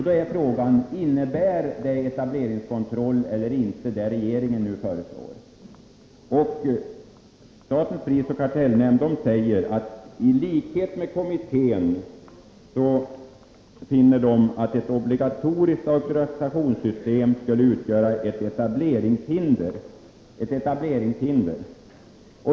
Då är frågan: Innebär vad regeringen nu föreslår en etableringskontroll eller inte? Statens prisoch kartellnämnd säger sig i likhet med kommittén finna att ett obligatoriskt auktorisationssystem skulle utgöra ett etableringshinder.